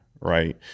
Right